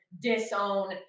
disown